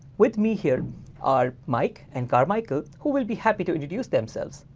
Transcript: with me here are mike and carmichael who will be happy to introduce themselves.